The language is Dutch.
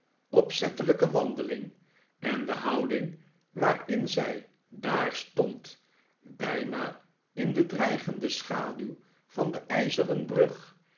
copperfield wandeling en de houding waarin zij daar stond bijna in de dreigende schaduw van de ijzeren brug